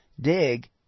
dig